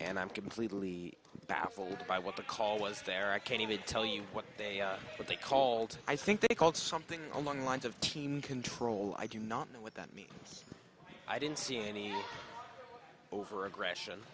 and i'm completely baffled by what the call was there i can't even tell you what they what they called i think they called something along the lines of team control i do not know what that means i didn't see any over aggression